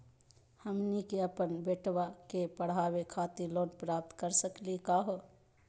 हमनी के अपन बेटवा क पढावे खातिर लोन प्राप्त कर सकली का हो?